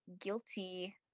guilty